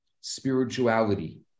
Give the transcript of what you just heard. spirituality